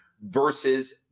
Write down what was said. versus